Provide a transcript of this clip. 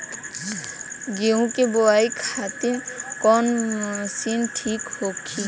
गेहूँ के बुआई खातिन कवन मशीन ठीक होखि?